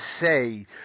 say